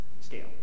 scale